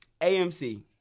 AMC